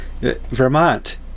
Vermont